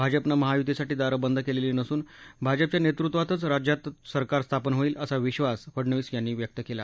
भाजपनं महायुतीसाठी दारं बंद केलेली नसून भाजपच्या नेतृत्वातच राज्यातच सरकार स्थापन होईल असा विबास फडणवीस यांनी व्यक्त केला